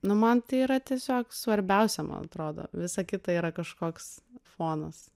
nu man tai yra tiesiog svarbiausia man atrodo visa kita yra kažkoks fonas